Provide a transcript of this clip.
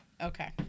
Okay